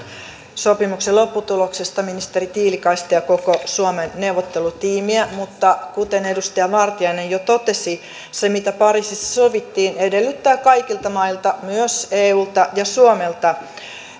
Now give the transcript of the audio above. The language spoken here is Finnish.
sopimuksen lopputuloksesta ministeri tiilikaista ja koko suomen neuvottelutiimiä mutta kuten edustaja vartia jo totesi se mitä pariisissa sovittiin edellyttää kaikilta mailta myös eulta ja suomelta